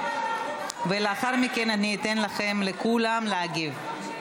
לאחר מכן אתן לכם, לכולם, להגיב.